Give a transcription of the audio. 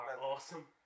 Awesome